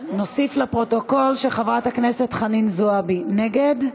נוסיף לפרוטוקול שחברת הכנסת חנין זועבי נגד,